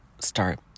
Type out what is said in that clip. start